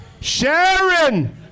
Sharon